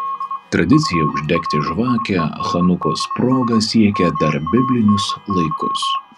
tradicija uždegti žvakę chanukos proga siekia dar biblinius laikus